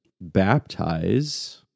baptize